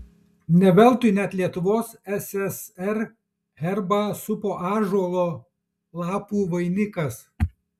ne veltui net lietuvos ssr herbą supo ąžuolo lapų vainikas